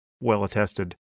well-attested